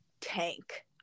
tank